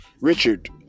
Richard